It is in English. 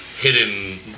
hidden